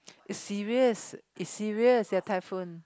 is serious is serious their typhoon